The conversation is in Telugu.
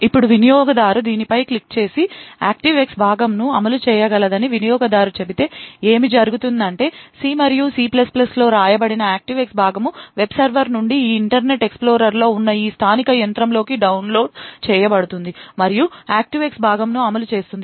ఇప్పుడు వినియోగదారు దీనిపై క్లిక్ చేసి Active X భాగమును అమలు చేయగలదని వినియోగదారు చెబితే ఏమి జరుగుతుందంటే సి మరియు సి లలో వ్రాయబడిన Active X భాగమును వెబ్ సర్వర్ నుండి ఈ ఇంటర్నెట్ ఎక్స్ప్లోరర్ లో ఉన్న ఈ స్థానిక యంత్రంలోకి డౌన్లోడ్ చేయబడుతుంది మరియు Active X భాగమును అమలు చేస్తుంది